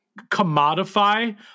commodify